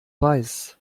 weiß